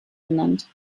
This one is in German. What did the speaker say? benannt